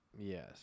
Yes